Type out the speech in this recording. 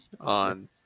on